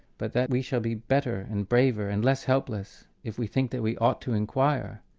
but that we shall be better and braver and less helpless if we think that we ought to enquire,